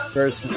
First